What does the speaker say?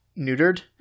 neutered